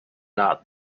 not